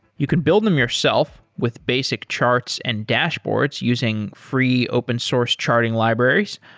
you can build them yourself with basic charts and dashboards using free open source charting libraries,